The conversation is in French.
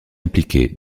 impliquée